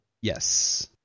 yes